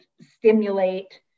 stimulate